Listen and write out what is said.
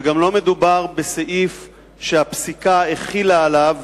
וגם לא מדובר בסעיף שהפסיקה החילה עליו